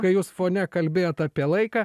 kai jūs fone kalbėjot apie laiką